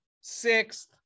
sixth